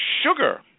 sugar